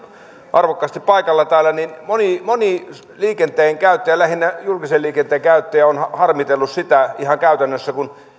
arvokkaasti paikalla täällä moni moni liikenteen käyttäjä lähinnä julkisen liikenteen käyttäjä on harmitellut sitä ihan käytännössä kun